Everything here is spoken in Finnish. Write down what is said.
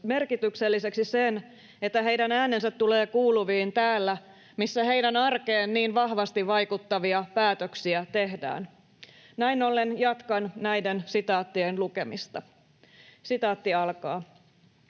merkitykselliseksi sen, että heidän äänensä tulee kuuluviin täällä, missä heidän arkeen niin vahvasti vaikuttavia päätöksiä tehdään. Näin ollen jatkan näiden sitaattien lukemista. ”Olen